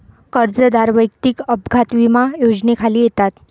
कर्जदार वैयक्तिक अपघात विमा योजनेखाली येतात